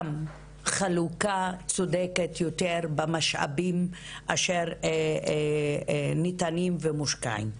חלוקה צודקת יותר במשאבים אשר ניתנים ומושקעים.